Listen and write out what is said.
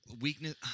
weakness